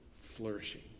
flourishing